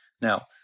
Now